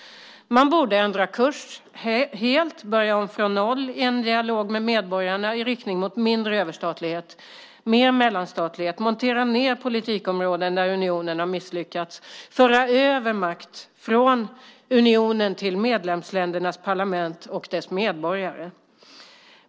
Man borde ändra kurs helt och börja om från noll i en dialog med medborgarna i riktning mot mindre överstatlighet, mer mellanstatlighet, samt montera ned politikområden där unionen har misslyckats, föra över makt från unionen till medlemsländernas parlament och dess medborgare.